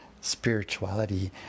spirituality